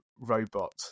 robot